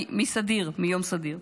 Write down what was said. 48 במקום 26. פי שניים מסדיר, מיום סדיר.